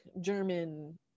German